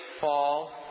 fall